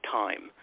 time